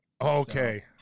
Okay